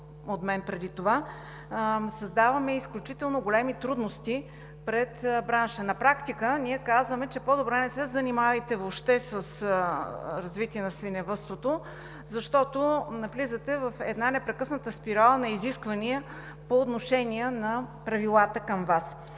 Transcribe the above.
от мен преди това, създаваме изключително големи трудности пред бранша. На практика ние казваме: по-добре не се занимавайте въобще с развитие на свиневъдството, защото навлизате в една непрекъсната спирала на изисквания по отношение на правилата към Вас.